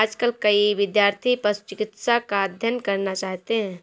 आजकल कई विद्यार्थी पशु चिकित्सा का अध्ययन करना चाहते हैं